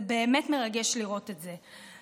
זה באמת מרגש לראות את זה.